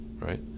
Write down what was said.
right